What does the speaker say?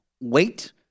wait